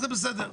זה בסדר.